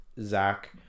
zach